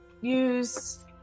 use